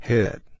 Hit